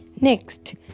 Next